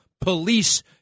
police